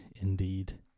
indeed